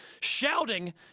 shouting